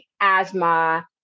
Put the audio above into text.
asthma